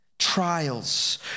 trials